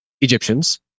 Egyptians